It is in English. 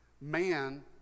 man